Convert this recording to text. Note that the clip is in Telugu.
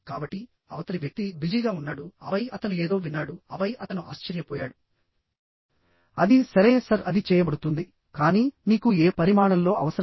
కాబట్టిఅవతలి వ్యక్తి బిజీగా ఉన్నాడుఆపై అతను ఏదో విన్నాడు ఆపై అతను ఆశ్చర్యపోయాడు అది సరే సర్ అది చేయబడుతుందికానీ మీకు ఏ పరిమాణం లో అవసరం